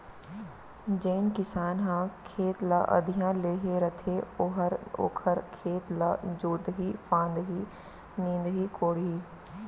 जेन किसान ह खेत ल अधिया लेहे रथे ओहर ओखर खेत ल जोतही फांदही, निंदही कोड़ही